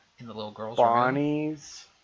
Bonnie's